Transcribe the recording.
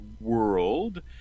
world